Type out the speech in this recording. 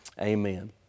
Amen